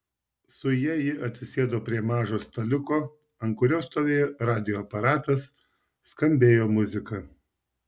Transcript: su ja ji atsisėdo prie mažo staliuko ant kurio stovėjo radijo aparatas skambėjo muzika